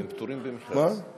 הם פטורים ממכרז.